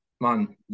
man